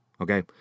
okay